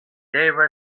devas